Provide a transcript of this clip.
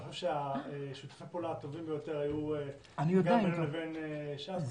אני חושב ששיתופי הפעולה הטובים ביותר היו בינינו לבין ש"ס.